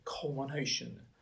culmination